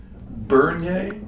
Bernier